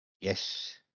yes